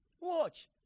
Watch